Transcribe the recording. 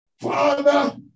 Father